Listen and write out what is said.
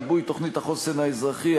עיבוי תוכנית החוסן האזרחי,